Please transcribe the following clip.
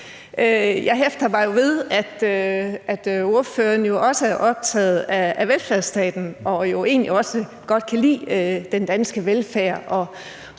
Jeg hæfter mig jo ved, at ordføreren også er optaget af velfærdsstaten og egentlig også godt kan lide den danske velfærd